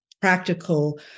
practical